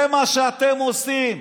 זה מה שאתם עושים.